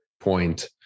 point